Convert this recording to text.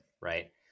right